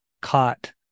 caught